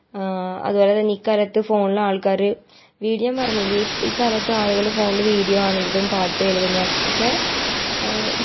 അത്പോലെ തന്നെ ഇക്കാലത്ത് ഫോണിലാൾക്കാർ വീഡിയോ പറഞ്ഞില്ലേ ഇക്കാലത്താളുകൾ ഫോണിൽ വീഡിയോ കാണുന്നതും പാട്ട് കേൾക്കുന്നതക്കെ